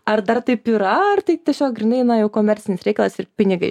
ar dar taip yra ar tai tiesiog grynai jau komercinis reikalas ir pinigai